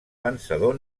vencedor